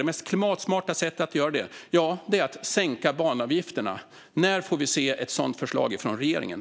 Det mest klimatsmarta sättet att göra det är att sänka banavgifterna. När får vi se ett sådant förslag från regeringen?